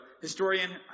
historian